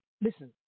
Listen